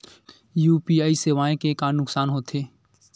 UPI सेवाएं के का नुकसान हो थे?